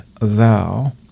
thou